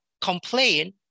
complain